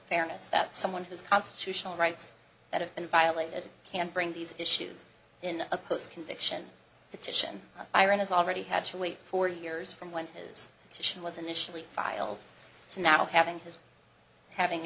fairness that someone has constitutional rights that have been violated can bring these issues in a post conviction petition iran has already had to wait four years from when his position was initially filed and now having his having